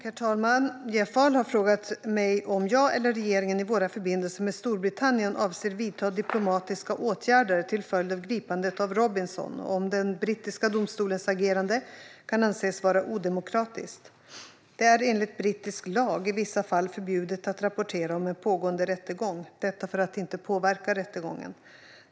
Herr talman! Jeff Ahl har frågat mig om jag eller regeringen i våra förbindelser med Storbritannien avser att vidta diplomatiska åtgärder till följd av gripandet av Robinson, och om den brittiska domstolens agerande kan anses vara odemokratiskt. Det är enligt brittisk lag i vissa fall förbjudet att rapportera om en pågående rättegång, detta för att inte påverka rättegången.